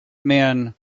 men